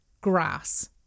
grass